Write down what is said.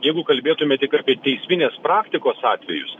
jeigu kalbėtumėm tik apie teisminės praktikos atvejus